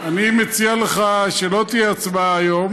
אני מציע לך שלא תהיה הצבעה היום